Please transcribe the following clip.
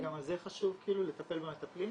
שגם זה חשוב, לטפל במטפלים,